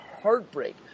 heartbreak